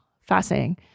fascinating